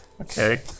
Okay